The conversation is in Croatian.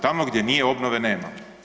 Tamo gdje nije, obnove nema.